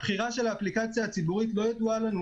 הבחירה של האפליקציה הציבורית לא ידועה לנו.